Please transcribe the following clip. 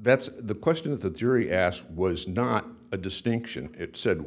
that's the question of the jury asked was not a distinction it said